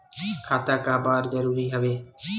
खाता का बर जरूरी हवे?